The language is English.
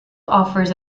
offers